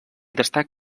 destaca